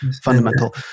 fundamental